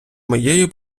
моєю